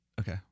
okay